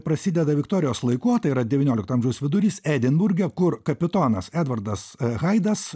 prasideda viktorijos laiku tai yra devyniolikto amžiaus vidurys edinburge kur kapitonas edvardas haidas